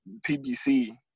PBC